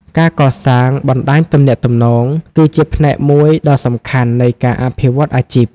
ការកសាង បណ្តាញទំនាក់ទំនង គឺជាផ្នែកមួយដ៏សំខាន់នៃការអភិវឌ្ឍន៍អាជីព។